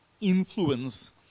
influence